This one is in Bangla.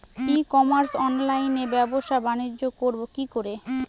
ই কমার্স অনলাইনে ব্যবসা বানিজ্য করব কি করে?